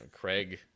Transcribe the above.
Craig